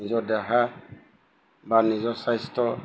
নিজৰ দেহা বা নিজৰ স্বাস্থ্য